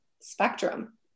spectrum